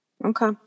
Okay